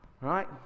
Right